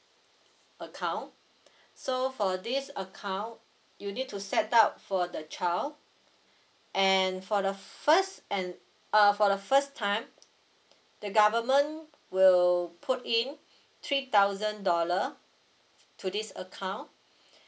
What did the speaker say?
account so for this account you need to set up for the child and for the first and uh for the first time the government will put in three thousand dollar to this account